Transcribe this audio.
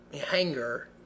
hanger